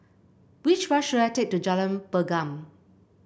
which bus should I take to Jalan Pergam